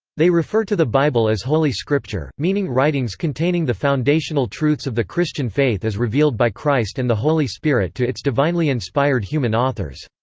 they refer to the bible as holy scripture, meaning writings containing the foundational truths of the christian faith as revealed by christ and the holy spirit to its divinely inspired human authors.